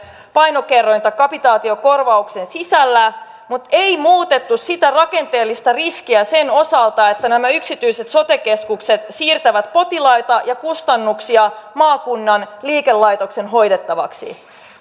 painokerrointa kapitaatiokorvauksen sisällä mutta ei muutettu sitä rakenteellista riskiä sen osalta että nämä yksityiset sote keskukset siirtävät potilaita ja kustannuksia maakunnan liikelaitoksen hoidettavaksi